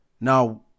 Now